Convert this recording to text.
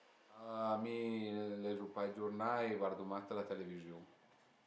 Mi lezu pa i giurnai, vardu mach la televiziun